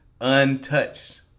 untouched